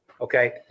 Okay